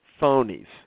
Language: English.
phonies